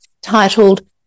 titled